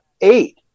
eight